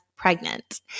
pregnant